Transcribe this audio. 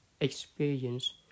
experience